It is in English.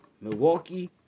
Milwaukee